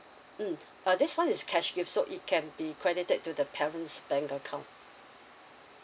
mm uh this one is cash gift so it can be credited to the parent's bank account